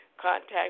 Contact